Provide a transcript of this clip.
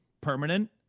permanent